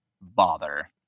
bother